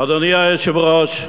אדוני היושב-ראש,